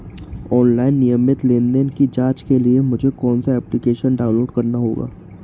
Online नियमित लेनदेन की जांच के लिए मुझे कौनसा एप्लिकेशन डाउनलोड करना होगा?